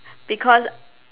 because